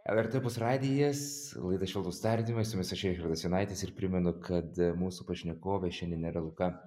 lrt opus radijas laida švelnūs tardymai su jumis aš richardas jonaitis ir primenu kad mūsų pašnekovė šiandien yra luka